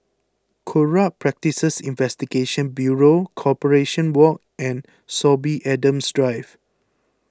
Corrupt Practices Investigation Bureau Corporation Walk and Sorby Adams Drive